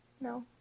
No